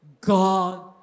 God